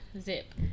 Zip